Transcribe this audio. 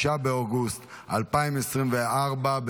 6 באוגוסט 2024,